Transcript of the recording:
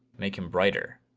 make him brighter.